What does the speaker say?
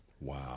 Wow